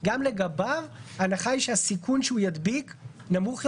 גם לגביו ההנחה היא שהסיכון שהוא ידביק נמוך יותר,